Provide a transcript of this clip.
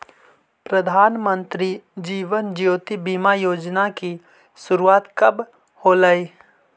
प्रधानमंत्री जीवन ज्योति बीमा योजना की शुरुआत कब होलई